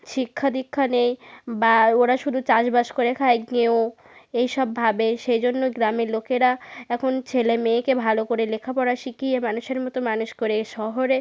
শিক্ষা দীক্ষা নেই বা ওরা শুধু চাষবাস করে খায় গেঁয়ো এই সব ভাবে সে জন্য গ্রামের লোকেরা এখন ছেলে মেয়েকে ভালো করে লেখাপড়া শিখিয়ে মানুষের মতো মানুষ করে শহরে